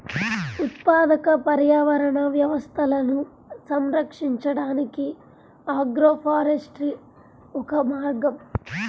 ఉత్పాదక పర్యావరణ వ్యవస్థలను సంరక్షించడానికి ఆగ్రోఫారెస్ట్రీ ఒక మార్గం